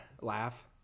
laugh